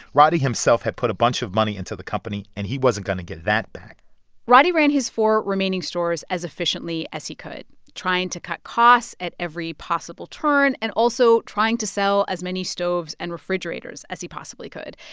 roddey himself had put a bunch of money into the company, and he wasn't going to get that back roddey ran his four remaining stores as efficiently as he could, trying to cut costs at every possible turn and also trying to sell as many stoves and refrigerators as he possibly could.